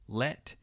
let